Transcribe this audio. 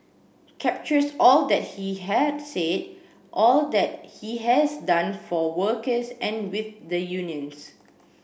captures all that he had said all that he has done for workers and with the unions